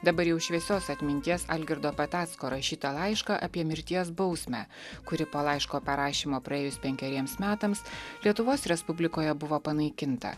dabar jau šviesios atminties algirdo patacko rašytą laišką apie mirties bausmę kuri po laiško parašymo praėjus penkeriems metams lietuvos respublikoje buvo panaikinta